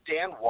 Dan